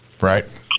right